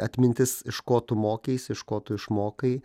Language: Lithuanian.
atmintis iš ko tu mokeisi iš ko tu išmokai